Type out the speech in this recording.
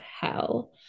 hell